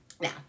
now